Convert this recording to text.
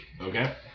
Okay